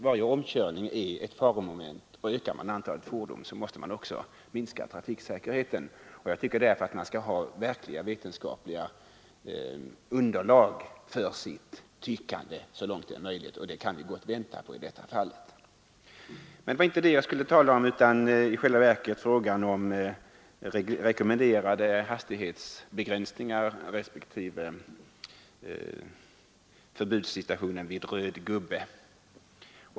Varje omkörning är ett faromoment, och ökar man antalet fordon måste följden bli att trafiksäkerheten minskas. Jag tycker därför att man så långt som möjligt måste ha ett vetenskapligt underlag för sitt tyckande, och vi kan gott vänta på ett sådant underlag i detta fall. Men det var i själva verket inte det jag skulle tala om utan om rekommenderade hastighetsbegränsningar respektive förbudssituationen vid ”röd gubbe”.